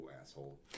asshole